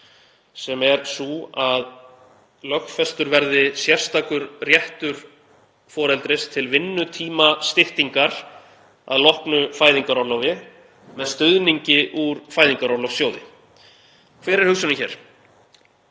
sem er sú að lögfestur verði sérstakur réttur foreldris til vinnutímastyttingar að loknu fæðingarorlofi með stuðningi úr Fæðingarorlofssjóði. Hver er hugsunin hér?